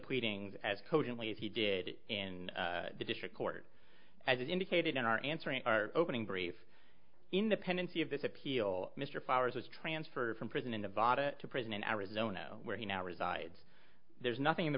pleadings as cogently as he did in the district court as indicated in our answer in our opening brief independency of this appeal mr powers was transferred from prison into vada to prison in arizona where he now resides there's nothing in the